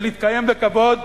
ולהתקיים בכבוד,